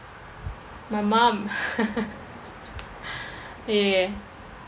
my mum ya